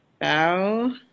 bow